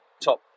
top